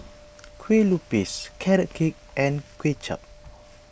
Kueh Lupis Carrot Cake and Kuay Chap